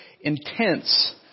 intense